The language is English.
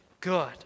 good